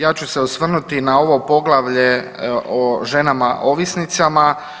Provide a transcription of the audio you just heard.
Ja ću se osvrnuti na ovo poglavlje o ženama ovisnicama.